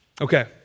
Okay